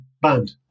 band